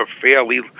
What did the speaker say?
fairly